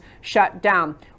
shutdown